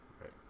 Right